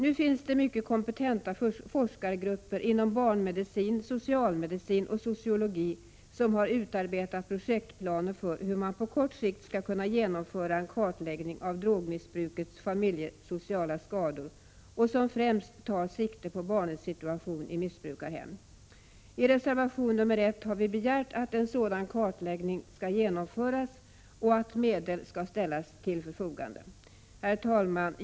Nu finns det mycket kompetenta forskargrupper inom barnmedicin, socialmedicin och sociologi som har utarbetat projektplaner för hur man på kort sikt skall kunna genomföra en kartläggning av drogmissbrukets familjesociala skador som främst tar sikte på barnens situation i missbrukarhem. I reservation nr 1 har vi begärt att en sådan kartläggning skall genomföras och att medel skall ställas till förfogande. Herr talman!